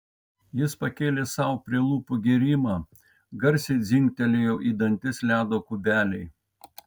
jis pakėlė sau prie lūpų gėrimą garsiai dzingtelėjo į dantis ledo kubeliai